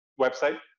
website